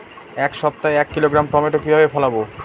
এক সপ্তাহে এক কিলোগ্রাম টমেটো কিভাবে ফলাবো?